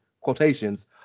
quotations